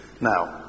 Now